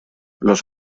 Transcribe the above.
los